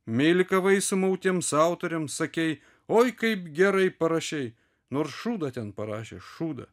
meilikavai sumautiems autoriams sakei oi kaip gerai parašei nors šūdą ten parašė šūdą